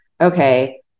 okay